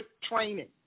training